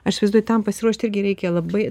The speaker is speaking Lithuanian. aš įsivaizduoju tam pasiruošt irgi reikia labai